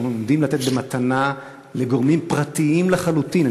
עומדים לתת במתנה לגורמים פרטיים לחלוטין,